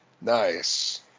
Nice